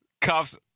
cuffs